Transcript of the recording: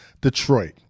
Detroit